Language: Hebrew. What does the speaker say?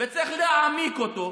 וצריך להעמיק אותו,